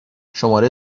شماره